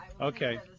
Okay